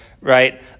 right